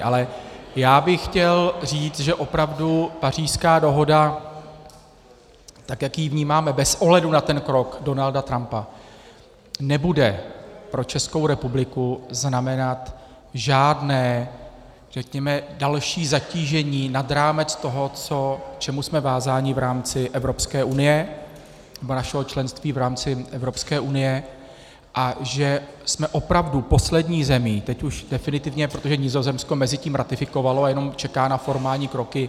Ale já bych chtěl říci, že opravdu Pařížská dohoda, tak jak ji vnímáme bez ohledu na ten krok Donalda Trumpa, nebude pro Českou republiku znamenat žádné další zatížení nad rámec toho, k čemu jsme vázání v rámci Evropské unie nebo našeho členství v rámci Evropské unie, a že jsme opravdu poslední zemí, teď už definitivně, protože Nizozemsko mezitím ratifikovalo a jenom čeká na formální kroky.